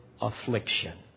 affliction